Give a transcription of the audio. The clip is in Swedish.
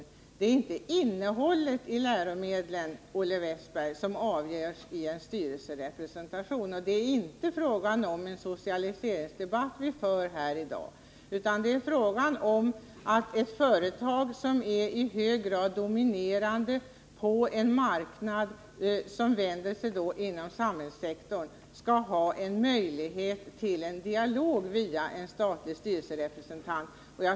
Det är inte innehållet i läromedlen, Olle Wästberg, som avgörs genom en styrelserepresentation, och det är inte en socialiseringsdebatt vi för här i dag, utan det är fråga om att i ett företag, som är i hög grad dominerande på en marknad inom samhällssektorn, skapa en dialog via en statlig styrelserepresentant.